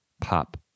pop